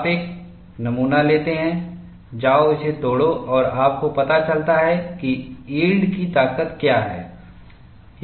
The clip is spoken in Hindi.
आप एक नमूना लेते हैं जाओ इसे तोड़ो और आपको पता चलता है कि यील्ड की ताकत क्या है